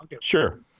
Sure